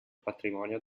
patrimonio